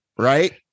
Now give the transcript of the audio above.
Right